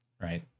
right